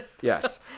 Yes